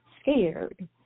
scared